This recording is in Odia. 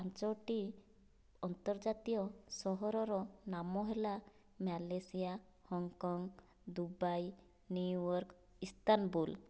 ପାଞ୍ଚୋଟି ଆର୍ନ୍ତଜାତୀୟ ସହରର ନାମ ହେଲା Malaysia Hong Kong Dubai New York Istanbul